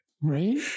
Right